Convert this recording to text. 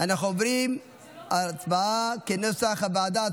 אנחנו עוברים להצבעה כנוסח הוועדה.